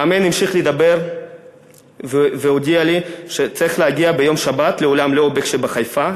המאמן המשיך לדבר והודיע לי שצריך להגיע בשבת לאולם "ליאו בק" שבחיפה,